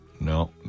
no